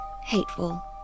hateful